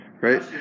right